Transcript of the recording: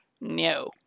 No